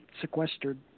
Sequestered